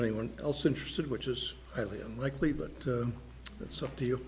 anyone else interested which is highly unlikely but it's up to you